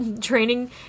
training